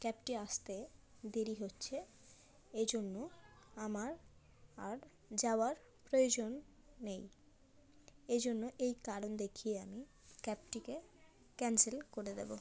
ক্যাবটি আসতে দেরি হচ্ছে এই জন্য আমার আর যাওয়ার প্রয়োজন নেই এই জন্য এই কারণ দেখিয়ে আমি ক্যাবটিকে ক্যান্সেল করে দেব